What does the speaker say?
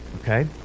okay